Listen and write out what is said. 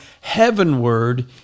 heavenward